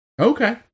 Okay